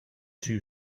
two